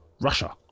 Russia